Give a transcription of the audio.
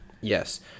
Yes